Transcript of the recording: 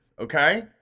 okay